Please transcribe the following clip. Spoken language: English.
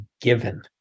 given